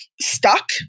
stuck